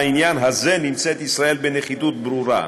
בעניין הזה נמצאת ישראל בנחיתות ברורה.